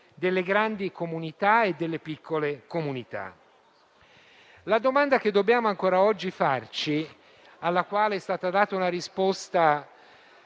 delle grandi e piccole comunità. La domanda che dobbiamo ancora oggi porci, alla quale è stata data una risposta